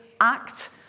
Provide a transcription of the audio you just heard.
act